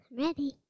ready